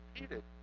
repeated